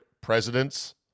presidents